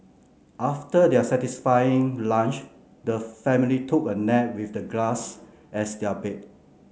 after their satisfying lunch the family took a nap with the grass as their bed